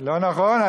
לא נכון.